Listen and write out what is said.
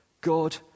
God